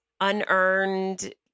unearned